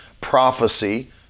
prophecy